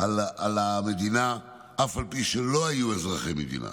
על המדינה אף על פי שלא היו אזרחי המדינה.